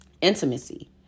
intimacy